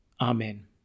Amen